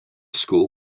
school